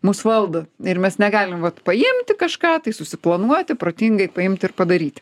mus valdo ir mes negalim vat paimti kažką tai susiplanuoti protingai paimti ir padaryti